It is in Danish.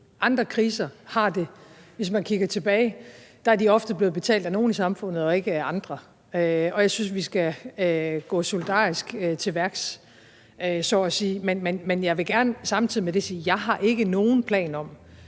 Andre kriser er ofte, hvis man kigger tilbage, blevet betalt af nogle i samfundet og ikke af andre. Jeg synes, at vi så at sige skal gå solidarisk til værks. Men jeg vil gerne samtidig sige, at jeg ikke har nogen planer om,